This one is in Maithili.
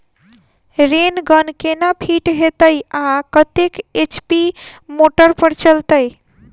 रेन गन केना फिट हेतइ आ कतेक एच.पी मोटर पर चलतै?